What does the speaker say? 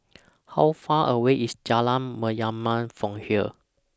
How Far away IS Jalan Mayaanam from here